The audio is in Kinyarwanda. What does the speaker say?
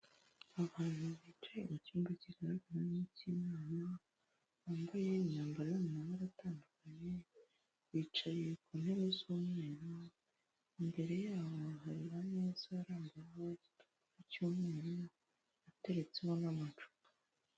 Abantu bicaye mu cyumba kigaragara nk' icy'inama, bambaye imyambaro yo mu mabara atandukanye, bicaye ku ntebe z'umweru, imbere yabo hari ameza arambuyeho igitambaro cy'umweru, ateretseho n'amacupa.